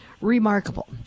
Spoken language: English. Remarkable